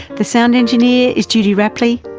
the sound engineer is judy rapley.